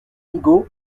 migaud